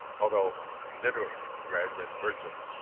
although literally rather than virtually.